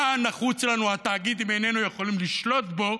מה נחוץ לנו התאגיד אם איננו יכולים לשלוט בו?